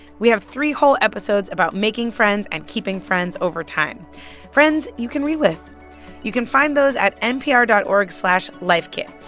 we have three whole episodes about making friends and keeping friends over time friends you can read with you can find those at npr dot org slash lifekit.